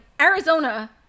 Arizona